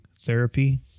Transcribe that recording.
Therapy